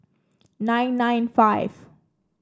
nine nine five